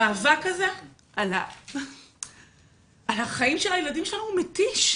המאבק הזה על החיים של הילדים שלנו מתיש.